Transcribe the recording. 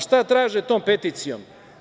Šta traže tom peticijom?